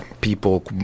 people